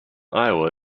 iowa